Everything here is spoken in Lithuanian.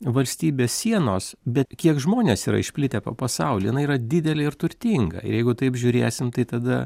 valstybės sienos bet kiek žmonės yra išplitę po pasaulį jinai yra didelė ir turtinga ir jeigu taip žiūrėsim tai tada